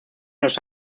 los